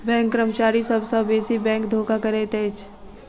bank कर्मचारी सभ सॅ बेसी बैंक धोखा करैत अछि